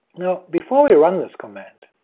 now before we run this command,